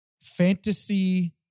fantasy